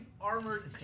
armored